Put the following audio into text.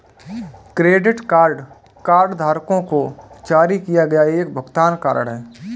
credit card कार्डधारकों को जारी किया गया एक भुगतान कार्ड है